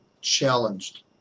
challenged